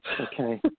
Okay